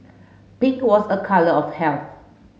pink was a colour of health